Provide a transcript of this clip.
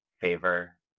favor